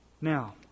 Now